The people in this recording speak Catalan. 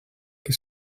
que